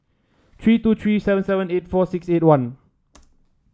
three two three seven seven eight four six eight one